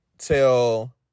Till